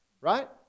right